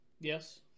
Yes